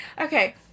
Okay